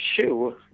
shoe